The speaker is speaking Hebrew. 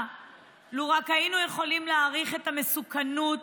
לו רק היינו יכולים להעריך את המסוכנות